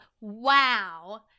Wow